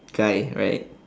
guy right